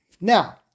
Now